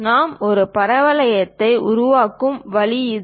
நாம் ஒரு பரவளையத்தை உருவாக்கும் வழி இது